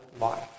life